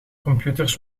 computers